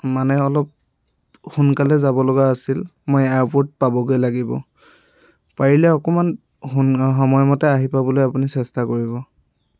মানে অলপ সোনকালে যাব লগা আছিল মই এয়াৰপৰ্ট পাবগৈ লাগিব পাৰিলে অকণমান সোন সময়মতে আহিব পাবলৈ আপুনি চেষ্টা কৰিব